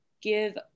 give